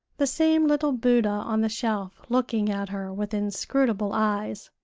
the same little buddha on the shelf looking at her with inscrutable eyes.